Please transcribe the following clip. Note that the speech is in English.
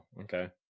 okay